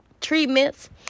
treatments